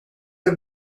are